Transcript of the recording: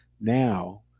now